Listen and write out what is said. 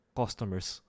customers